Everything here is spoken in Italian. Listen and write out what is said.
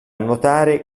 nuotare